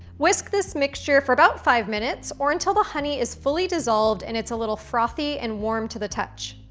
whisk this mixture for about five minutes or until the honey is fully dissolved, and it's a little frothy and warm to the touch.